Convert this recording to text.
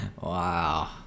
wow